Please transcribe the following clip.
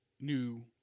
new